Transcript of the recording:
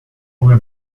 come